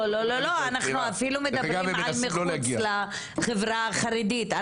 לא, אנחנו אפילו מדברים על מחוץ לחברה החרדית.